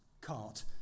cart